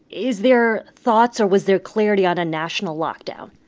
is there thoughts or was there clarity on a national lockdown?